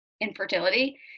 infertility